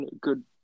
good